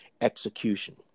execution